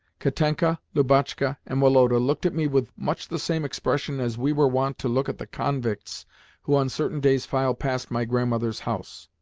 katenka, lubotshka, and woloda looked at me with much the same expression as we were wont to look at the convicts who on certain days filed past my grandmother's house.